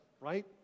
right